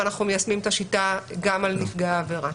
ואנחנו מיישמים את השיטה גם על נפגעי העבירה.